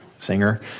Singer